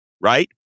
right